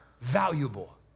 valuable